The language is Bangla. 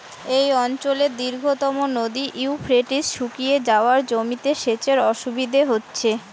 এই অঞ্চলের দীর্ঘতম নদী ইউফ্রেটিস শুকিয়ে যাওয়ায় জমিতে সেচের অসুবিধে হচ্ছে